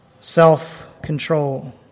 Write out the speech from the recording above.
self-control